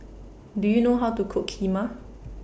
Do YOU know How to Cook Kheema